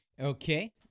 Okay